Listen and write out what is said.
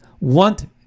want